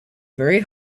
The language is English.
very